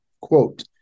quote